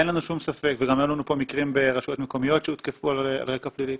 והיו לנו פה מקרים ברשויות מקומיות שהותקפו על רקע פלילי,